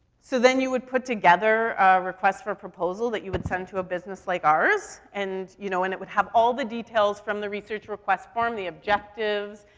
so then you would put together a request for a proposal that you would send to a business like ours. and, you know, and it would have all the details from the research request form the objectives,